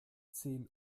zehn